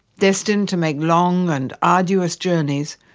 destined to make long and arduous journeys,